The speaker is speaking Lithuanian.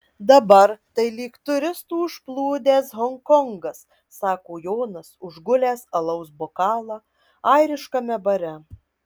dabar tai lyg turistų užplūdęs honkongas sako jonas užgulęs alaus bokalą airiškame bare